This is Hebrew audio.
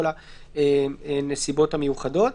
כל הנסיבות המיוחדות.